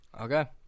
Okay